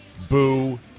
Boo